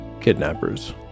Kidnappers